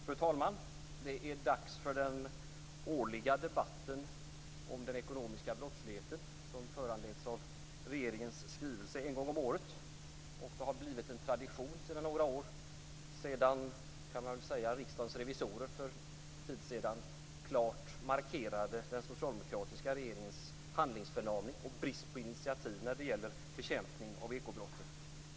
Fru talman! Det är dags för den årliga debatten om den ekonomiska brottsligheten, som föranleds av regeringens skrivelse en gång om året. Det har blivit en tradition sedan några år, efter att Riksdagens revisorer för en tid sedan klart markerade den socialdemokratiska regeringens handlingsförlamning och brist på initiativ när det gäller bekämpning av ekobrotten.